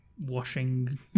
Washing